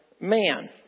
man